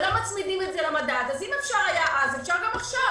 כל דבר אחר היא לא באמצעות תיקון של סעיפים בחוק היסוד.